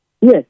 yes